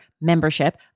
membership